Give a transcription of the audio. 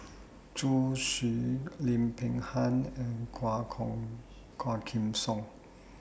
Zhu Xu Lim Peng Han and Quah Kong Quah Kim Song